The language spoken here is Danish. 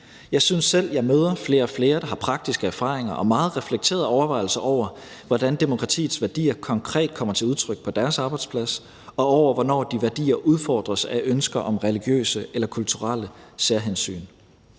Jeg synes selv, at jeg møder flere og flere, der har praktiske erfaringer og meget reflekterede overvejelser, i forhold til hvordan demokratiets værdier konkret kommer til udtryk på deres arbejdsplads og hvornår de værdier udfordres af ønsker om religiøse eller kulturelle særhensyn.